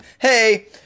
Hey